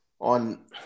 on